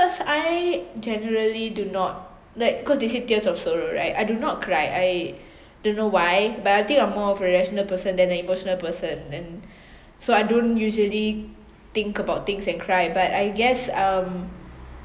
cause I generally do not like cause they say tears of sorrow right I do not cry I don't know why but I think I'm more of a rational person than a emotional person and so I don't usually think about things and cry but I guess um